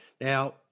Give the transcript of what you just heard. Now